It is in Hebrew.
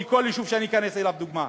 כי כל יישוב שאני אכנס אליו הוא דוגמה.